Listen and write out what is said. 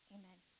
amen